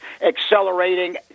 accelerating